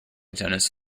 tennis